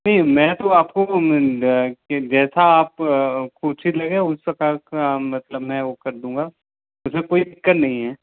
जी मैं तो आपको जैसा आप को उचित लगे उसे प्रकार का मतलब मैं वह कर दूँगा उस में कोई दिक्कत नहीं है